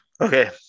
Okay